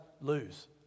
lose